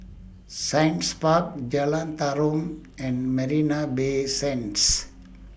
Science Park Jalan Tarum and Marina Bay Sands